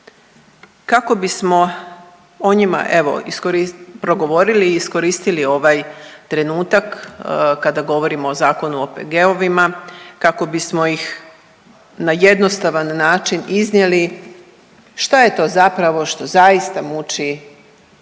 kako bismo o njima evo progovorili i iskoristili ovaj trenutak kada govorimo o Zakonu o OPG-ovima kako bismo ih na jednostavan način iznijeli šta je to zapravo što zaista muči